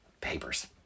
Papers